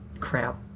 crap